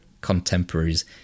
contemporaries